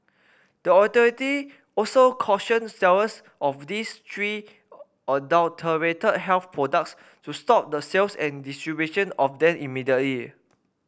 the authority also cautioned sellers of these three adulterated health products to stop the sales and distribution of them immediately